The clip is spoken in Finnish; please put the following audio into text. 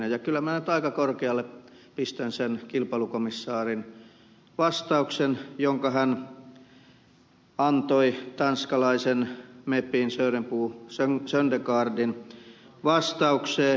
kyllä minä nyt aika korkealle pistän sen kilpailukomissaarin vastauksen jonka hän antoi tanskalaisen mepin bo söndergaardin kysymykseen